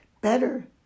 better